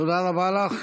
תודה רבה לך.